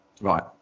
Right